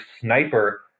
sniper